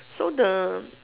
so the